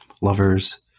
Lover's